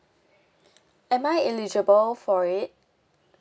am I eligible for it